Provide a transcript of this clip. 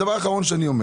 דבר אחרון.